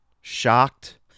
shocked